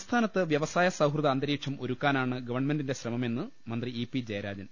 സംസ്ഥാനത്ത് വ്യവസായ സൌഹൃദ അന്തരീക്ഷം ഒരുക്കാ നാണ് ഗവൺമെന്റിന്റെ ശ്രമമെന്ന് മന്ത്രി ഇ പി ജയരാജൻ